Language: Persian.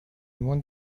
مون